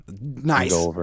nice